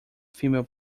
female